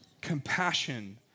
Compassion